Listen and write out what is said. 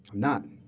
not.